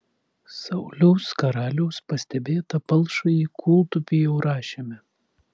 sauliaus karaliaus pastebėtą palšąjį kūltupį jau rašėme